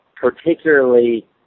particularly